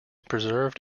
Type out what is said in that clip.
preserved